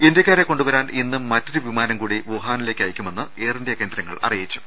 ഇന്ത്യക്കാരെ കൊണ്ടുവരാൻ ഇന്ന് മറ്റൊരു വിമാനം കൂടി വുഹാനിലേക്ക് അയയ്ക്കുമെന്ന് എയർഇന്ത്യ കേന്ദ്രങ്ങൾ അറിയിച്ചു